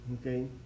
okay